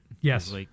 Yes